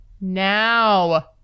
now